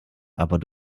aber